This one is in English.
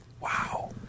Wow